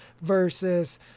Versus